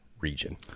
region